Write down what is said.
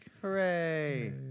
Hooray